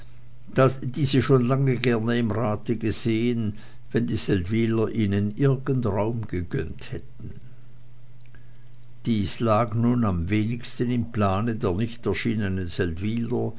die sie schon lange gerne im rate gesehen wenn die seldwyler ihnen irgend raum gegönnt hätten dies lag nun am wenigsten im plane der nicht erschienenen